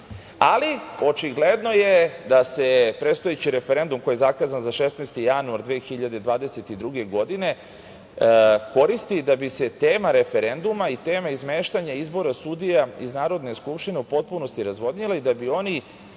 očigledno je da se prestojeći referendum, koji je zakazan za 16. januar 2022. godine, koristi da bi se tema referenduma i tema izmeštanja izbora sudija iz Narodne skupštine u potpunosti razvodnjile i da bi oni